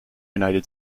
united